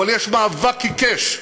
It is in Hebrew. אבל יש מאבק עיקש,